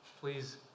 Please